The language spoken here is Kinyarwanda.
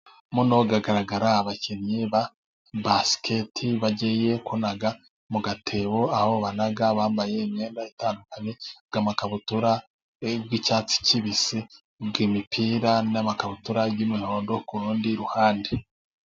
Umu hagaragara abakinnyi ba basiketi bagiye kunaga mu gatebo, aho banaga bambaye imyenda itandukanye, amakabutura y'icyatsi kibisi, imipira n'amakabutura y'umuhondo ku rundi ruhande.